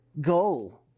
Goal